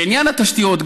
גם היא בעניין התשתיות,